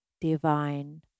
divine